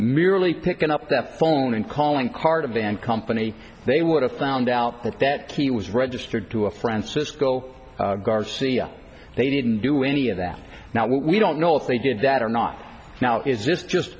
merely picking up that phone and calling card a van company they would have found out that that key was registered to a francisco garcia they didn't do any of that now we don't know if they did that or not now is this just